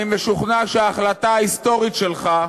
אני משוכנע שההחלטה ההיסטורית שלך,